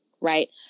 Right